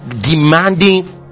demanding